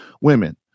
women